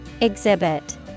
Exhibit